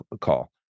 call